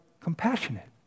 compassionate